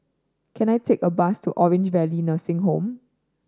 can I take a bus to Orange Valley Nursing Home